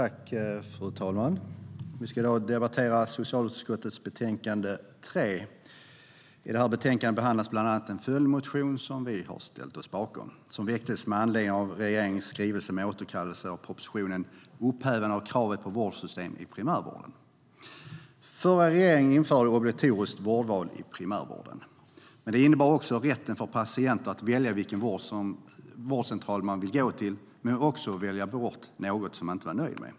Fru talman! Vi debatterar i dag socialutskottets betänkande 3. I betänkandet behandlas bland annat en följdmotion som vi har ställt oss bakom som väcktes med anledning av regeringens skrivelse med återkallelse av propositionen Upphävande av kravet på vårdvalssystem i primärvårdenDen förra regeringen införde obligatoriskt vårdval i primärvården. Det innebar rätten att som patient välja vilken vårdcentral man ville gå till men också att välja bort något som man inte var nöjd med.